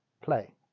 play